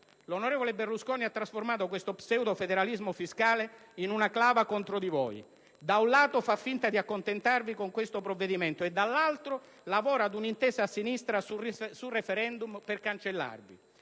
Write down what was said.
l'onorevole Berlusconi ha trasformato questo pseudofederalismo fiscale in una clava contro di voi. Da un lato, fa finta di accontentarvi con questo provvedimento; dall'altro, lavora ad una intesa a sinistra sul *referendum* per cancellarvi.